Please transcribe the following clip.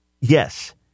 Yes